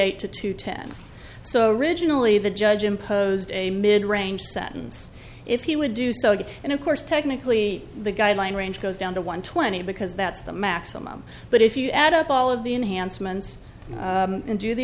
eight to two ten so originally the judge imposed a mid range sentence if he would do so and of course technically the guideline range goes down to one twenty because that's the maximum but if you add up all of the enhancements and do the